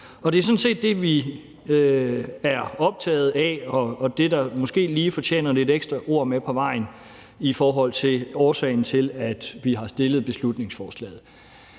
Det er sådan set det, vi er optagede af, og det, der måske lige fortjener lidt ekstra ord med på vejen i forhold til årsagen til, at vi har fremsat beslutningsforslaget.